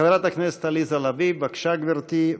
חברת הכנסת עליזה לביא, בבקשה, גברתי.